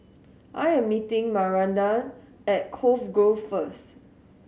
I am meeting Maranda at Cove Grove first